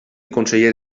conseller